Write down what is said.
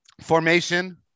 Formation